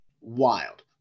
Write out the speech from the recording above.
Wild